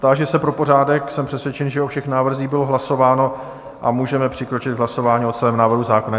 Táži se pro pořádek, jsem přesvědčen, že o všech návrzích bylo hlasováno a můžeme přikročit k hlasování o celém návrhu zákona.